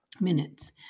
minutes